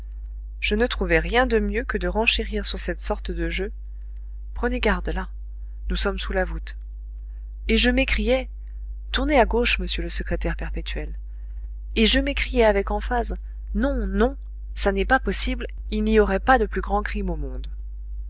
perpétuel je ne trouvai rien de mieux que de renchérir sur cette sorte de jeu prenez garde là nous sommes sous la voûte et je mécriai tournez à gauche monsieur le secrétaire perpétuel et je m'écriai avec emphase non non ça n'est pas possible il n'aurait pas de plus grand crime au monde